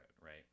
right